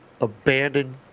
abandoned